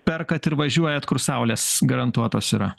perkat ir važiuojat kur saulės garantuotos yra